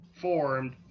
formed